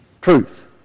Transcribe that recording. truth